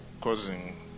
causing